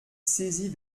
saisie